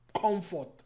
comfort